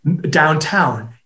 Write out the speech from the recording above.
downtown